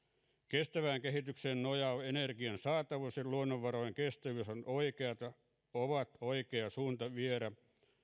kestävään kehitykseen nojaava energian saatavuus ja luonnonvarojen kestävyys ovat oikea suunta viedä